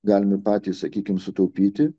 galime patys sakykime sutaupyti